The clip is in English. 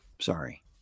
Sorry